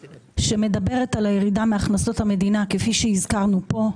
שמדברת על הירידה בהכנסות המדינה כפי שהזכרנו פה,